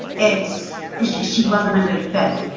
it's it's she wasn't a good fit.